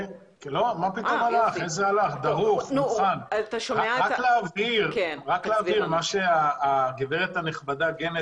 לגבי דבריה של גנט